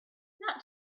not